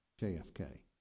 JFK